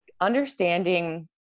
understanding